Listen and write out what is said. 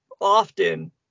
often